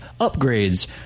upgrades